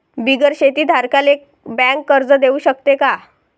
बिगर शेती धारकाले बँक कर्ज देऊ शकते का?